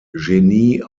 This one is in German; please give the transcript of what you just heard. genie